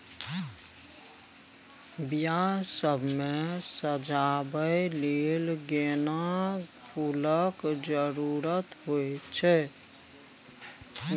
बियाह सब मे सजाबै लेल गेना फुलक जरुरत होइ छै